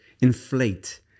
inflate